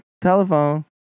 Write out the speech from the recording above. telephone